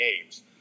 games